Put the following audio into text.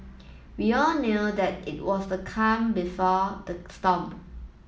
we all knew that it was the calm before the storm